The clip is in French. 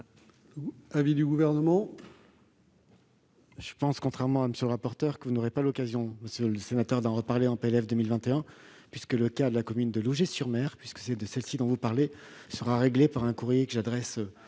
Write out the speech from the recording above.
l'avis du Gouvernement ?